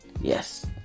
Yes